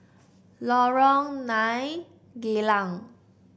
Lorong Nine Geylang